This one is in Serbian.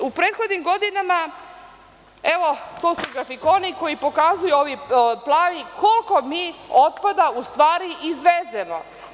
U prethodnim godinama, evo, to su grafikoni koji pokazuju, ovi plavi, koliko mi otpada u stvari izvezemo.